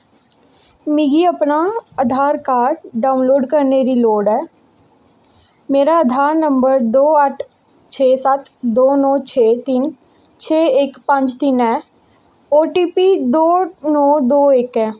मिगी अपना Aadhaar card download करने दी लोड़ ऐ मेरा आधार नंबर दो अट्ठ छे सत्त दो नौ छे तिन्न छे इक पंज तिन्न ऐ ते ओ टी पी दो नौ दो इक ऐ